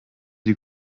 die